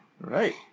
Right